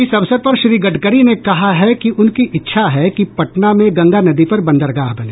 इस अवसर पर श्री गडकरी ने कहा है कि उनकी इच्छा है कि पटना में गंगा नदी पर बंदरगाह बने